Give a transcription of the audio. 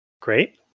Great